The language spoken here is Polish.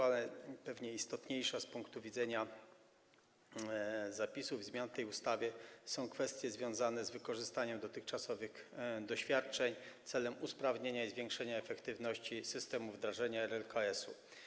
Ale pewnie istotniejsze z punktu widzenia zapisów i zmian w tej ustawie są kwestie związane z wykorzystaniem dotychczasowych doświadczeń celem usprawnienia i zwiększenia efektywności systemu wdrożenia RLKS-u.